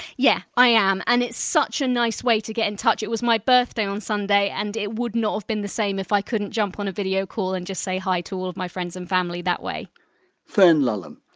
yeah, i am. and it's such a nice way to get in touch. it was my birthday on sunday and it would not have been the same if i couldn't jump on a video call and just say hi to all of my friends and family that way fern lulham.